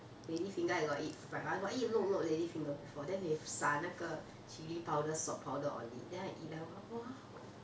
lady finger I got eat fried [one] I got eat lok lok lady finger before then they 洒那个 chili powder salt powder on it then I eat like !wow!